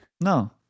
No